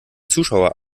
zuschauer